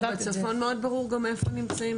לא, בצפון מאוד ברור גם איפה הם נמצאים.